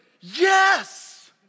yes